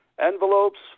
Envelopes